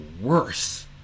worse